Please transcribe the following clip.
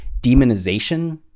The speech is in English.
demonization